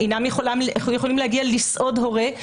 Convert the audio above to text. אינם יכולים להגיע לסעוד הורה.